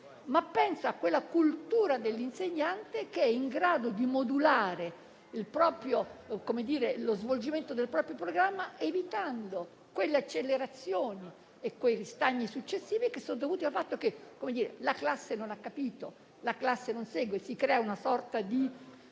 ma quella cultura dell'insegnante che è in grado di modulare lo svolgimento del proprio programma, evitando le accelerazioni e i ristagni successivi che sono dovuti al fatto che la classe non ha capito e non segue, per cui si crea una sorta di